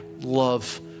love